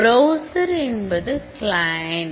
browser என்பது client